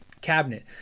cabinet